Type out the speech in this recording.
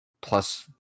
plus